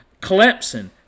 Clemson